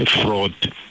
fraud